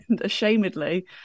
Ashamedly